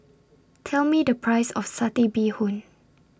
Tell Me The Price of Satay Bee Hoon